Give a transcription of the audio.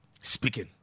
Speaking